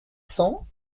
cents